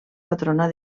patrona